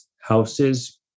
houses